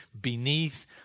beneath